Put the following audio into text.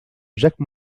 jacques